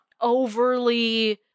overly